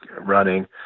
running